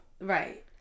Right